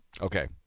Okay